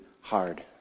hard